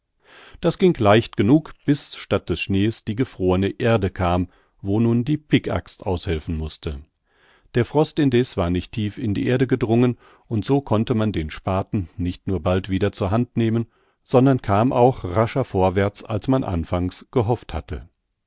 das ging leicht genug bis statt des schnees die gefrorne erde kam wo nun die pickaxt aushelfen mußte der frost indessen war nicht tief in die erde gedrungen und so konnte man den spaten nicht nur bald wieder zur hand nehmen sondern kam auch rascher vorwärts als man anfangs gehofft hatte